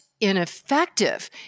ineffective